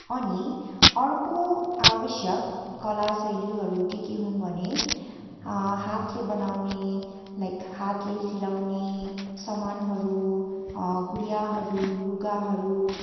अनि अर्को आवश्यक कला शैलीहरू के के हुन् भने हातले बनाउने लाइक हातले सिलाउने सामानहरू गुडियाहरू लुगाहरू